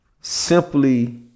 Simply